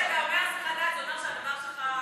כשאתה אומר "הסחת דעת" זה אומר, הוא המרכזי,